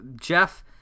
Jeff